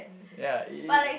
ya it